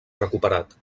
recuperat